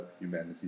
humanity